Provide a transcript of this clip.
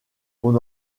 qu’on